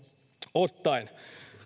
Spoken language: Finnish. ottaen